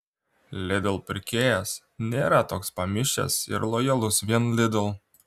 lidl pirkėjas nėra toks pamišęs ir lojalus vien lidl